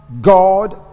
God